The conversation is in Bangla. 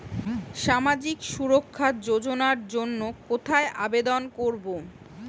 সামাজিক সুরক্ষা যোজনার জন্য কোথায় আবেদন করব?